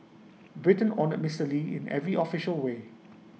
Britain honoured Mister lee in every official way